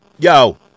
Yo